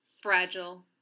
Fragile